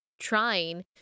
trying